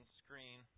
screen